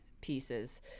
pieces